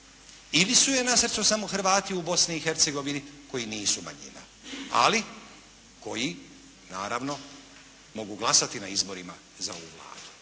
ili su joj na srcu samo Hrvati u Bosni i Hercegovini koji nisu manjina. Ali koji naravno mogu glasati na izborima za ovu Vladu.